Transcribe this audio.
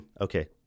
Okay